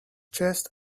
chest